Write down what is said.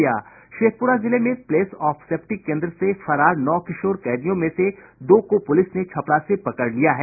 शेखपुरा जिले में place of safety केन्द्र से फरार नौ किशोर कैदियों में से दो को पुलिस ने छपरा से पकड़ लिया है